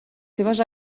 seves